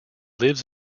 lives